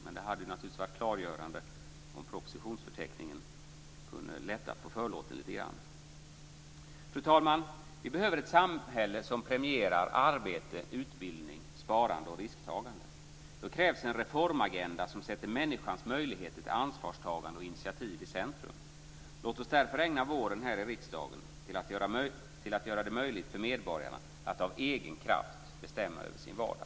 Men det hade naturligtvis varit klargörande om man i propositionsförteckningen hade kunnat lätta på förlåten litegrann. Fru talman! Vi behöver ett samhälle som premierar arbete, utbildning, sparande och risktagande. Då krävs en reformagenda som sätter människans möjligheter till ansvarstagande och initiativ i centrum. Låt oss därför ägna våren här i riksdagen åt att göra det möjligt för medborgarna att av egen kraft bestämma över sin vardag!